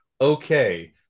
Okay